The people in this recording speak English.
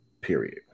Period